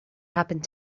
happened